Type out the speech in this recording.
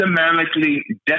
systematically